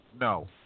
no